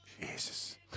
Jesus